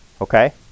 Okay